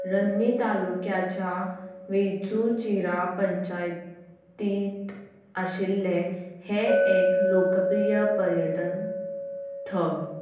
रन्नी तालुक्याच्या वेचुचिरा पंचायतीत आशिल्लें हें एक लोकप्रीय पर्यटन थळ